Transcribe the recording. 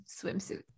swimsuit